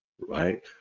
right